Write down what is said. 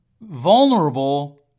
vulnerable